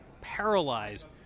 paralyzed